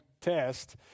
test